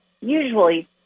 usually